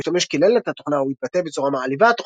אם המשתמש קילל את התוכנה או התבטא בצורה מעליבה,